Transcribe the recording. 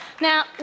Now